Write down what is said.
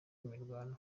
imirwano